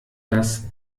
dass